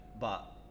but-